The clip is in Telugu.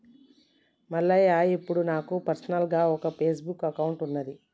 మల్లయ్య ఇప్పుడు నాకు పర్సనల్గా ఒక ఫేస్బుక్ అకౌంట్ ఉన్నది